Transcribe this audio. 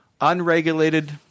unregulated